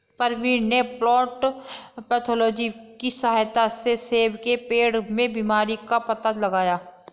प्रवीण ने plant pathology की सहायता से सेब के पेड़ में बीमारी का पता लगाया